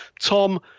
Tom